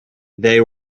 they